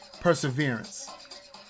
perseverance